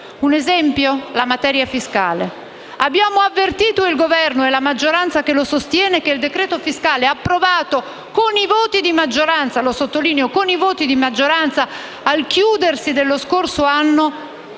Un esempio ne è la materia fiscale. Abbiamo avvertito il Governo e la maggioranza che lo sostiene che il decreto fiscale approvato con i voti di maggioranza - lo sottolineo - al chiudersi dello scorso anno